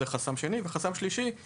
החסם השלישי זה